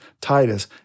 Titus